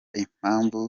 impamvu